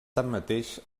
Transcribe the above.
tanmateix